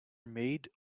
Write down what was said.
made